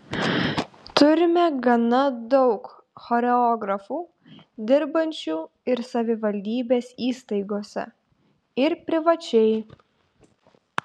turime gana daug choreografų dirbančių ir savivaldybės įstaigose ir privačiai